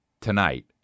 tonight